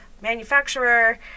manufacturer